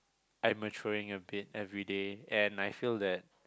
I maturing a bit everyday and I feel that